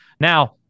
Now